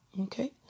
Okay